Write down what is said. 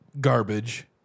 garbage